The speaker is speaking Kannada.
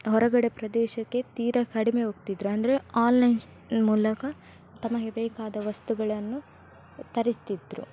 ಹೊರಗಡೆ ಪ್ರದೇಶಕ್ಕೆ ತೀರ ಕಡಿಮೆ ಹೋಗ್ತಿದ್ದರು ಅಂದರೆ ಆನ್ಲೈನ್ ಮೂಲಕ ತಮಗೆ ಬೇಕಾದ ವಸ್ತುಗಳನ್ನು ತರಿಸ್ತಿದ್ದರು